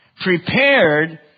prepared